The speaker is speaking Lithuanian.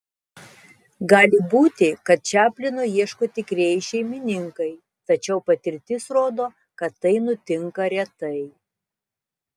gali būti kad čaplino ieško tikrieji šeimininkai tačiau patirtis rodo kad tai nutinka retai